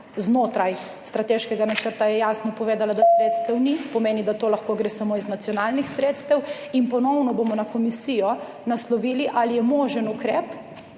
znotraj strateškega načrta jasno povedala, da sredstev ni, kar pomeni, da lahko gre samo iz nacionalnih sredstev. In ponovno bomo na komisijo naslovili, ali je možen ukrep